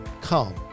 Come